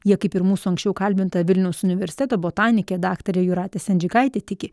jie kaip ir mūsų anksčiau kalbinta vilniaus universiteto botanikė daktarė jūratė sendžikaitė tiki